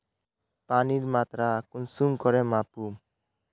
पानीर मात्रा कुंसम करे मापुम?